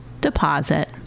deposit